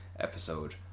episode